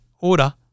order